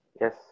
Yes